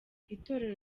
itorero